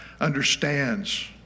understands